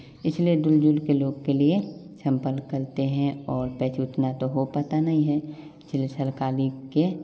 इसलिए दूर दूर के लोग के लिए संपर्क करते हैं और पैसे उतना तो हो पाता नहीं है इसीलिए सरकारी के